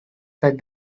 said